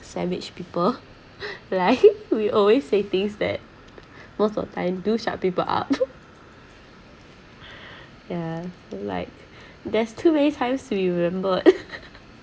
savage people right we always say things that most of the time do shut people up yeah so like there's too many times to be remembered